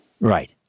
Right